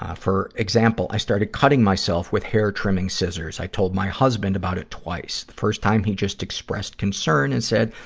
ah for example, i started cutting myself with hair-trimming scissors. i told my husband about it twice. the first time he just expressed concern and said,